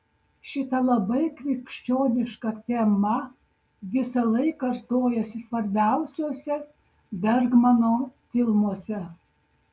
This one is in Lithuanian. šita labai krikščioniška tema visąlaik kartojasi svarbiausiuose bergmano filmuose